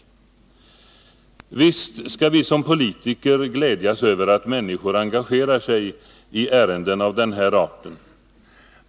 Visst skall vi som politiker glädjas över att människor engagerar sig i ärenden av denna art.